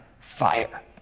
fire